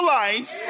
life